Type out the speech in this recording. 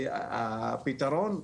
הפתרון,